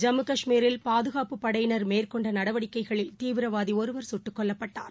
ஜம்மு கஷ்மீரில் பாதுகாப்புப் படையினர் மேற்கொண்டநடவடிக்கைகளில் தீவிரவாதிஒருவர் சுட்டுக் கொல்லப்பட்டார்